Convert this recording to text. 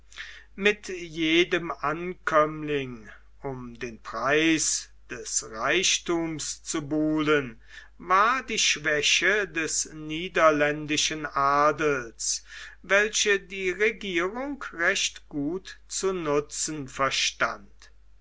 mit jedem ankömmling um den preis des reichthums zu buhlen war die schwäche des niederländischen adels welche die regierung recht gut zu nutzen verstand